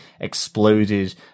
exploded